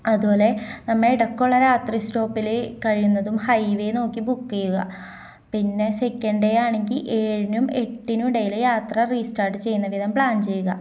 അതുപോലെ നമ്മള് ഇടയ്ക്കുള്ള രാത്രി സ്റ്റോപ്പില് കഴിയുന്നതും ഹൈ വേ നോക്കി ബുക്ക് ചെയ്യുക പിന്നെ സെക്കൻഡ് ഡേ ആണെങ്കി ഏഴിനും എട്ടിിനും ഇടയില് യാത്ര റീസ്റ്റാട്ട് ചെയ്യുന്ന വിധം പ്ലാൻ ചെയ്യുക